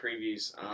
previews